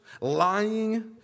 lying